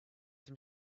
them